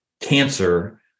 cancer